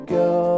go